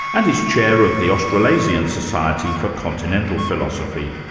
and he's chair of the australasian society for continental philosophy.